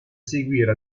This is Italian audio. seguire